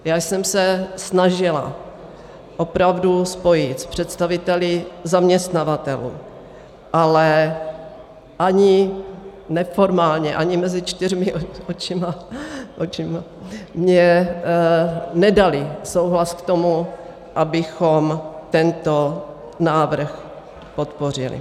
Já jsem se snažila opravdu spojit s představiteli zaměstnavatelů, ale ani neformálně, ani mezi čtyřma očima mně nedali souhlas k tomu, abychom tento návrh podpořili.